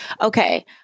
Okay